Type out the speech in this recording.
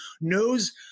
knows